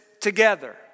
together